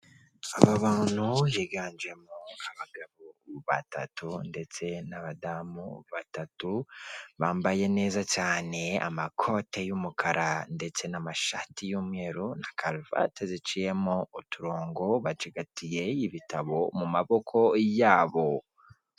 Ababantu biganjemo abagabo batatu ndetse n'abadamu batatu bambaye neza cyane amakote y'umukara ndetse n'amashati y'umweru, na karuvate ziciyemo uturongo, bacigatiye ibitabo mumaboko yabo.